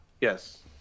Yes